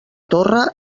torre